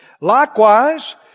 Likewise